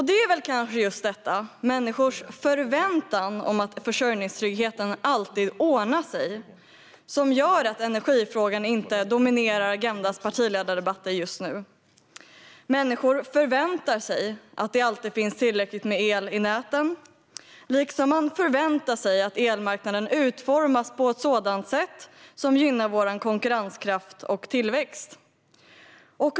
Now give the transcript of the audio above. Det är väl just människors förväntan om att försörjningstryggheten alltid ordnar sig som gör att energifrågan inte dominerar Agendas partiledardebatter just nu. Människor förväntar sig att det alltid finns tillräckligt med el i näten liksom de förväntar sig att elmarknaden utformas på ett sådant sätt att den gynnar vår konkurrenskraft och tillväxt.